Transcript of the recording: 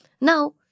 Now